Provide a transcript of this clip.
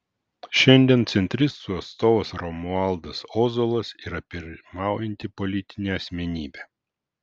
šiandien centristų atstovas romualdas ozolas yra pirmaujanti politinė asmenybė